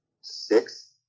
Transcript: six